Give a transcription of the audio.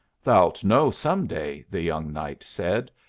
thou'lt know some day, the young knight said,